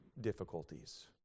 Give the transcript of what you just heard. difficulties